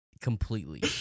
Completely